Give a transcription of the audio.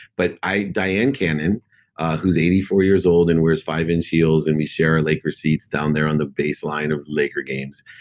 but dyan cannon who's eighty four years old and wears five-inch heels, and we share laker seats down there on the baseline of laker games.